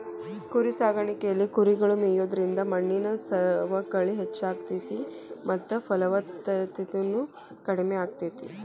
ಕುರಿಸಾಕಾಣಿಕೆಯಲ್ಲಿ ಕುರಿಗಳು ಮೇಯೋದ್ರಿಂದ ಮಣ್ಣಿನ ಸವಕಳಿ ಹೆಚ್ಚಾಗ್ತೇತಿ ಮತ್ತ ಫಲವತ್ತತೆನು ಕಡಿಮೆ ಆಗ್ತೇತಿ